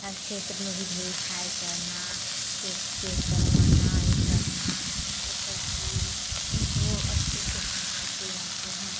हर क्षेत्र में भी वेरीफाई करना चेक करवाना यह करना यह सब चीज़ वह अच्छे से सम्भालते रहते हैं